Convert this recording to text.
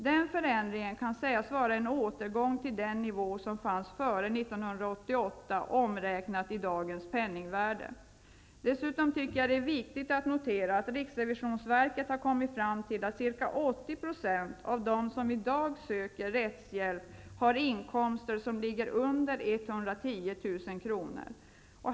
Den förändringen kan sägas vara en återgång till den nivå som fanns före 1988, omräknat i dagens penningvärde. Dessutom tycker jag att det är viktigt att notera att riksrevisionsverket har kommit fram till att ca 80 % av dem som i dag söker rättshjälp har inkomster som ligger under 110 000 kr.